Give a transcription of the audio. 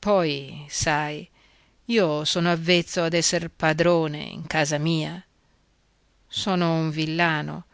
poi sai io sono avvezzo ad esser padrone in casa mia sono un villano